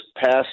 passed